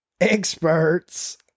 experts